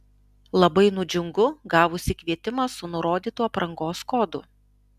labai nudžiungu gavusi kvietimą su nurodytu aprangos kodu